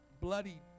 bloody